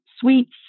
sweets